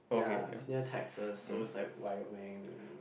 ya is near Texas so it's like Wyoming